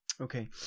okay